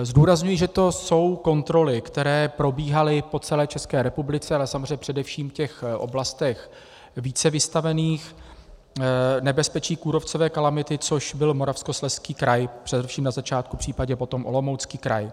Zdůrazňuji, že to jsou kontroly, které probíhaly po celé České republice, ale samozřejmě především v oblastech více vystavených nebezpečí kůrovcové kalamity, což byl Moravskoslezský kraj, především na začátku, případně potom Olomoucký kraj.